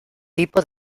tipo